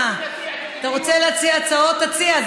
אתה רוצה להציע הצעות, תציע.